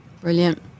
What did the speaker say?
brilliant